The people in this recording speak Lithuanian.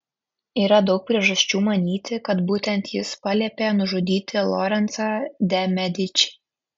yra daug priežasčių manyti kad būtent jis paliepė nužudyti lorencą de medičį